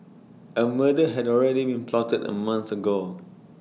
A murder had already been plotted A month ago